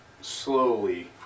slowly